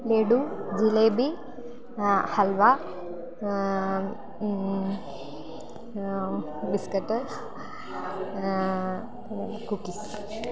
laddu jalebi halwa biscuit പിന്നെ cookies